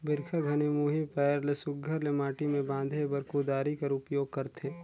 बरिखा घनी मुही पाएर ल सुग्घर ले माटी मे बांधे बर कुदारी कर उपियोग करथे